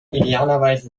idealerweise